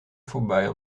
voorbij